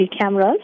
cameras